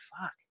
Fuck